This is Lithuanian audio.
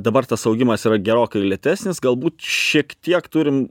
dabar tas augimas yra gerokai lėtesnis galbūt šiek tiek turim